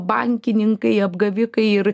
bankininkai apgavikai ir